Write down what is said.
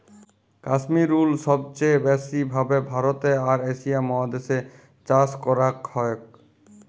কাশ্মির উল সবচে ব্যাসি ভাবে ভারতে আর এশিয়া মহাদেশ এ চাষ করাক হয়ক